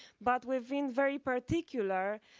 but we've been very particular